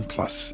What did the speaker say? Plus